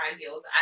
deals